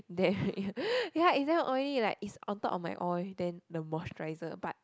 there ya it's damn oily like it's on top of my oil then the moisturiser but